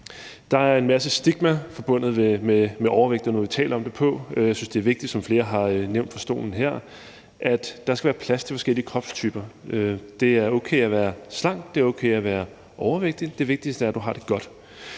Der er en masse stigma forbundet med overvægt og måden, vi taler om det på. Jeg synes, det er vigtigt, som flere har nævnt fra stolen her, at der skal være plads til forskellige kropstyper. Det er okay at være slank. Det er okay at være overvægtig. Det vigtigste er, at du har det godt.